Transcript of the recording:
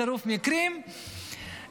צירוף מקרים,